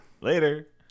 later